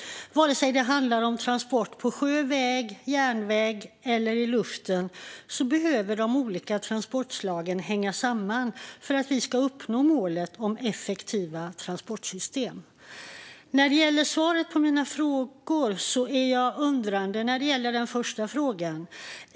Oavsett om det gäller transporter på sjö, väg, järnväg eller i luften behöver de olika transportslagen hänga samman för att vi ska uppnå målet om effektiva transportsystem. När det gäller svaren på mina frågor är jag undrande över det första.